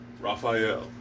Raphael